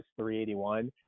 381